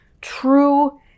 true